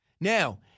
Now